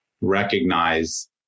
recognize